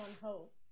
hope